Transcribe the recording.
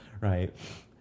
right